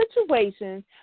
situations